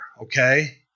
Okay